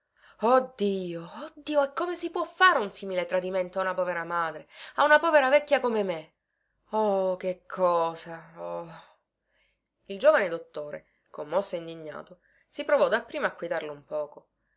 oh dio e come si può fare un simile tradimento a una povera madre a una povera vecchia come me o oh che cosa oh il giovane dottore commosso e indignato si provò dapprima a quietarla un poco